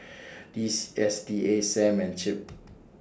Diss S T A SAM and CIP